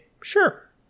sure